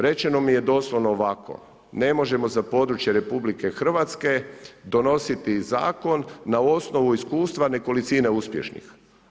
Rečeno mi je doslovno ovako, ne možemo za područje RH donositi zakon na osnovu iskustva nekolicine uspješnih.